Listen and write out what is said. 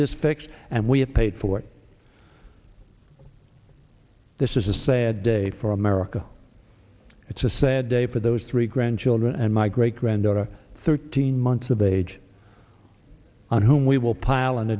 fix and we have paid for it this is a sad day for america it's a sad day for those three grandchildren and my great granddaughter thirteen months of age on whom we will pile an